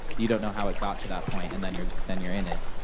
you don't know how it got to that point and then you're then you're in it.